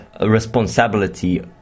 responsibility